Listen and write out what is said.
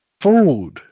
food